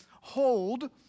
hold